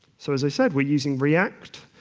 so, as i said, we're using react.